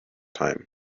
time